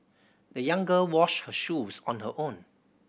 the young girl washed her shoes on her own